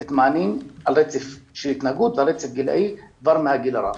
לתת מענים על רצף שלהתנהגות ועל רצף גילי כבר מהגיל הרך.